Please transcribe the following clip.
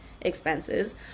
expenses